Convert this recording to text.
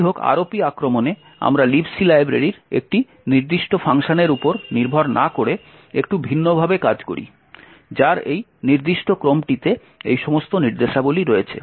যাইহোক ROP আক্রমণে আমরা Libc লাইব্রেরির একটি নির্দিষ্ট ফাংশনের উপর নির্ভর না করে একটু ভিন্নভাবে কাজ করি যার এই নির্দিষ্ট ক্রমটিতে এই সমস্ত নির্দেশাবলী রয়েছে